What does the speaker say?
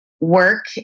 work